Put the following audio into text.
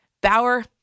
Bauer